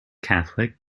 catholic